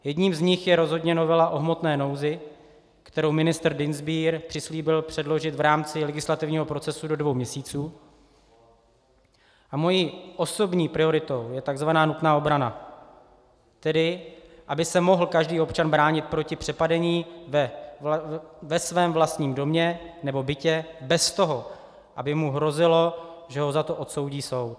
Jedním z nich je rozhodně novela o hmotné nouzi, kterou ministr Dienstbier přislíbil předložit v rámci legislativního procesu do dvou měsíců, a mou osobní prioritou je takzvaná nutná obrana, tedy aby se mohl každý občan bránit proti přepadení ve svém vlastním době nebo bytě bez toho, aby mu hrozilo, že ho za to odsoudí soud.